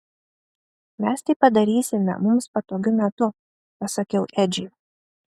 mes tai padarysime mums patogiu metu pasakiau edžiui